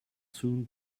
soon